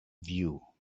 view